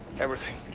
everything.